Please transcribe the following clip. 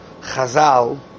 Chazal